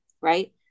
Right